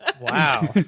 Wow